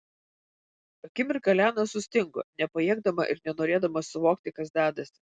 akimirką liana sustingo nepajėgdama ir nenorėdama suvokti kas dedasi